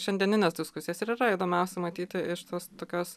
šiandieninės diskusijos ir yra įdomiausia matyti iš tos tokios